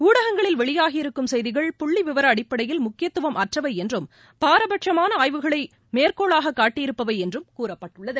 உண்டகங்களில் வெளியாகி இருக்கும் செய்திகள் புள்ளிவிவர ஃஅடிப்படையில் முக்கியத்துவம் அற்றவைஎன்றும் பாரபட்சமானஆய்வுகளைமேற்கோளாககாட்டியிருப்பவைஎன்றும் கூறப்பட்டுள்ளது